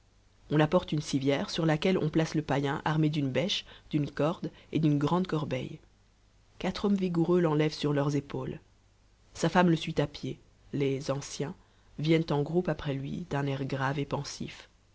on apporte une civière sur laquelle on place le païen armé d'une bêche d'une corde et d'une grande corbeille quatre hommes vigoureux l'enlèvent sur leurs épaules sa femme le suit à pied les anciens viennent en groupe après lui d'un air grave et pensif